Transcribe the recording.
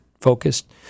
focused